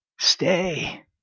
stay